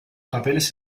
papeles